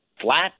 flat